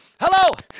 Hello